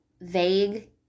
vague